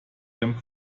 game